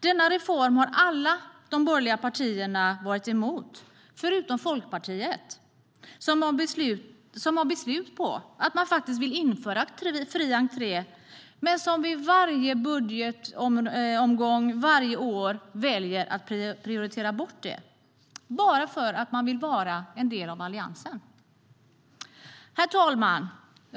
Denna reform har alla de borgerliga partierna varit emot, förutom Folkpartiet, som har fattat beslut om att man vill införa fri entré, men som man varje år väljer att prioritera bort, bara för att få vara en del av Alliansen.Herr talman!